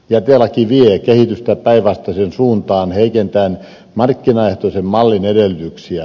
jätelaki vie kehitystä päinvastaiseen suuntaan heikentäen markkinaehtoisen mallin edellytyksiä